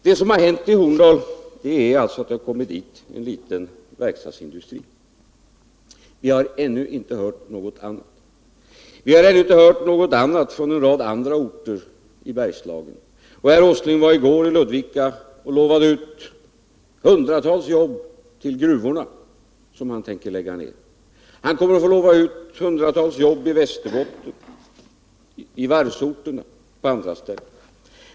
Det som hänt i Horndal är alltså att man där fått en liten verkstadsindustri. Vi har ännu inte hört något annat från Horndal och inte heller från en rad andra orter i Bergslagen. I går var herr Åsling i Ludvika, och han lovade där ut hundratals jobb till gruvorna, som han tänker lägga ned. Han kommer att få lova ut hundratals jobb i Västerbotten, på varvsorterna och på andra ställen.